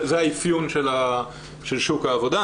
זה האפיון של שוק העבודה.